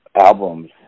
albums